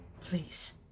please